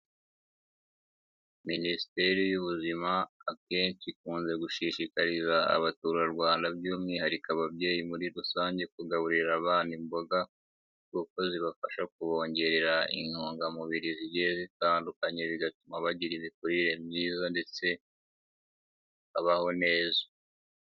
Minisiteri y'ubuzima akenshi ikunze gushishikariza, abaturarwanda by'umwihariko ababyeyi muri rusange kugaburira abana imboga kuko zibafasha kubongerera intungamubiri zigiye zitandukanye, bigatuma bagira imikurire myiza ndetse abaho neza.